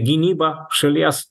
gynyba šalies